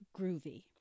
groovy